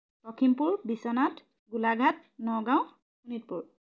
Lakhimpur Biswanath Golaghat Nagaon Sonitpur